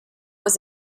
was